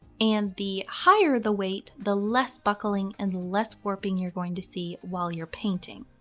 and the higher the weight, the less buckling and less warping you're going to see while you're painting.